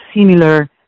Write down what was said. similar